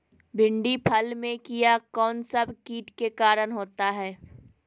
भिंडी फल में किया कौन सा किट के कारण होता है?